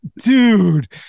dude